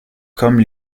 comme